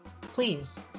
Please